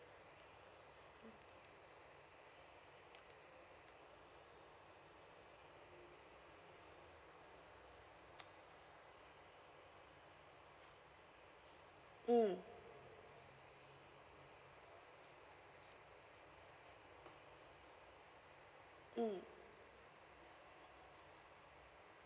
mm mm